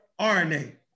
RNA